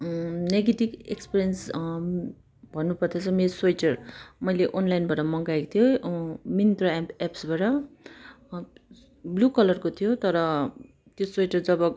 negative experience भन्नु पर्दा चाहिँ मेरो स्वेटर मैले अनलाइनबाट मगाएको थिएँ मिन्त्रा एम एप्सबाट ब्लु कलरको थियो तर त्यो स्वेटर जब